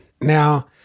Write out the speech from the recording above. Now